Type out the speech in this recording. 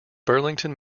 burlington